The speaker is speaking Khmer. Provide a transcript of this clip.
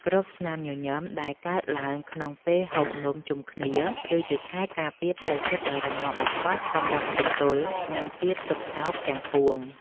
គ្រប់ស្នាមញញឹមដែលកើតឡើងក្នុងពេលហូបនំជុំគ្នាគឺជាខែលការពារផ្លូវចិត្តដ៏រឹងមាំបំផុតសម្រាប់ទប់ទល់នឹងភាពទុក្ខសោកទាំងពួង។